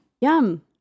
Yum